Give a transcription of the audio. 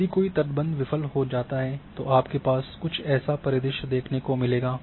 यदि कोई तटबंध विफल हो जाता है तो आपको कुछ ऐसा परिदृश्य देखने को मिलेगा